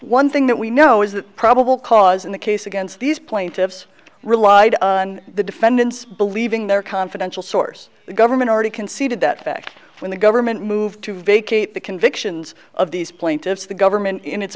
one thing that we know is that probable cause in the case against these plaintiffs relied on the defendants believing their confidential source the government already conceded that fact when the government moved to vacate the convictions of these plaintiffs the government in its